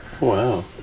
wow